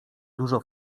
dużo